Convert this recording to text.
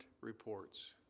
reports